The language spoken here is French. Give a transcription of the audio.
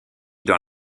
dans